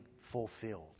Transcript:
fulfilled